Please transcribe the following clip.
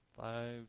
Five